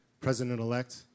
president-elect